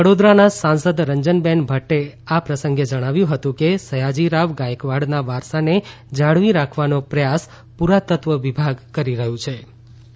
વડોદરાના સાંસદ રંજનબેન ભટ્ટે આ પ્રસંગે જણાવ્યું હતું કે સયાજીરાવ ગાયકવાડના વારસાને જાળવી રાખવાનો પ્રયાસ પુરાતત્વ વિભાગ કરી રહ્યુ હાં